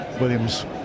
Williams